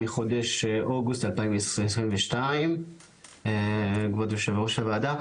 מחודש אוגוסט 2022. כבוד יושב ראש הוועדה,